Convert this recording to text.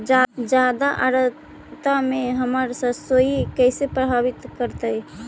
जादा आद्रता में हमर सरसोईय के कैसे प्रभावित करतई?